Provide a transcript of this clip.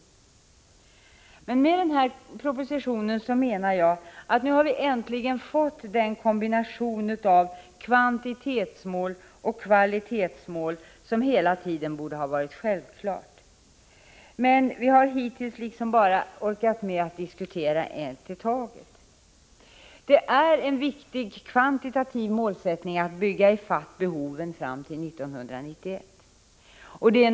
Jag menar att vi med den här propositionen äntligen har fått den kombination av kvantitetsmål och kvalitetsmål som hela tiden borde ha varit självklar. Hittills har vi bara orkat med att diskutera en sak i taget. Det är ett viktigt kvantitativt mål att bygga i fatt behoven fram till 1991.